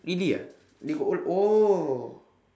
really ah they got O-l~ oh